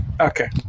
Okay